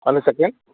आणि सेकंड